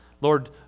Lord